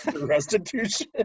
Restitution